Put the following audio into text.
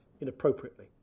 inappropriately